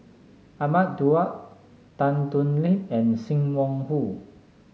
Ahmad Daud Tan Thoon Lip and Sim Wong Hoo